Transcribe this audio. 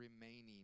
remaining